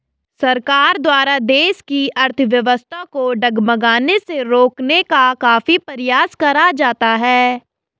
सरकार द्वारा देश की अर्थव्यवस्था को डगमगाने से रोकने का काफी प्रयास करा जाता है